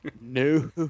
No